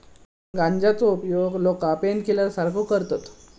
गांजाचो उपयोग लोका पेनकिलर सारखो करतत